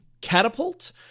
catapult